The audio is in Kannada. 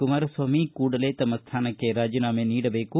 ಕುಮಾರಸ್ವಾಮಿ ಕೂಡಲೇ ತಮ್ಮ ಸ್ಥಾನಕ್ಕೆ ರಾಜೀನಾಮೆ ನೀಡಬೇಕು